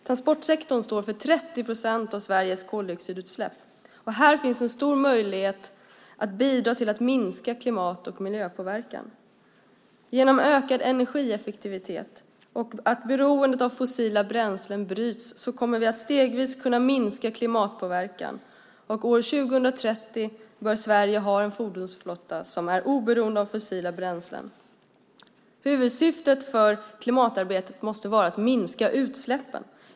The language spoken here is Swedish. Transportsektorn står för 30 procent av Sveriges koldioxidutsläpp, och här finns en stor möjlighet att bidra till att minska klimat och miljöpåverkan. Genom ökad energieffektivitet och att beroendet av fossila bränslen bryts kommer vi att stegvis kunna minska klimatpåverkan. År 2030 bör Sverige ha en fordonsflotta som är oberoende av fossila bränslen. Huvudsyftet för klimatarbetet måste vara att minska utsläppen.